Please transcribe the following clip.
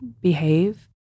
behave